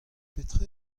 petra